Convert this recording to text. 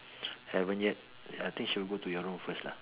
haven't yet I think she will go to your room first lah